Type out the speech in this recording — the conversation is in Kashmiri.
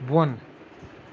بۄن